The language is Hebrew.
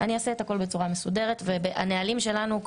הנהלים שלנו,